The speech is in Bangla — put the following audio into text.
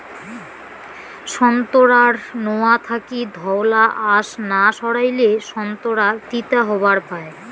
সোন্তোরার নোয়া থাকি ধওলা আশ না সারাইলে সোন্তোরা তিতা হবার পায়